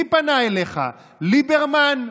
מי פנה אליך, ליברמן?